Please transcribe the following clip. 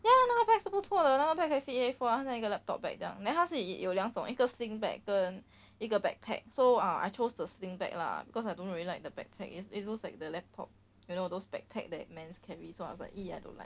ya 那个 bag 是不错的那个 bag 还可以 fit A four 它像一个 laptop bag 这样 then 他是有两种一个 sling bag 跟一个 backpack so I chose the sling bag lah because I don't really like the backpack it's it's looks like the laptop you know those backpack that mens carry so I was like !ee! I don't like